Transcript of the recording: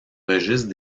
registre